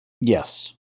Yes